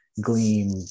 gleam